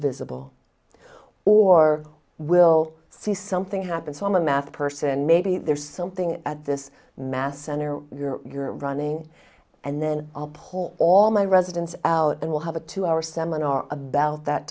visible or we'll see something happen so i'm a math person maybe there's something at this mass center you're running and then i'll pull all my residents out and we'll have a two hour seminar about that